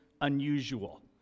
unusual